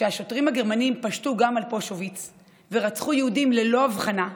כשהשוטרים הגרמנים פשטו גם על פושוביץ ורצחו יהודים ללא הבחנה,